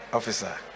Officer